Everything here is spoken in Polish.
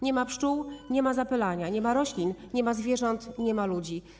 Nie ma pszczół, nie ma zapylania, nie ma roślin, nie ma zwierząt, nie ma ludzi.